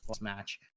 match